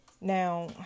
Now